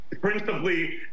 principally